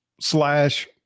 slash